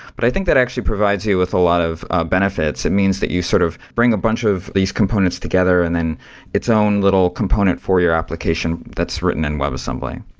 but i think that actually provides you with a lot of benefits. it means that you sort of bring a bunch of these components together and then its own little component for your application that's written in webassembly.